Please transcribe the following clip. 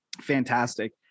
Fantastic